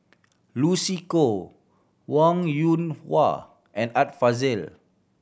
Lucy Koh Wong Yoon Wah and Art Fazil